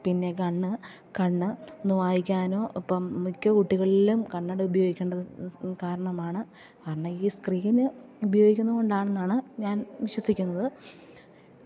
പിന്നെ കണ്ണ് കണ്ണ് ഒന്ന് വായിക്കാനോ ഇപ്പം മിക്ക കുട്ടികളിലും കണ്ണട ഉപയോഗിക്കേണ്ട കാരണമാണ് കാരണം ഈ സ്ക്രീന് ഉപയോഗിക്കുന്ന കൊണ്ടാണെന്നാണ് ഞാൻ വിശ്വസിക്കുന്നത്